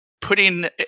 putting